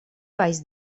baix